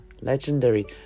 legendary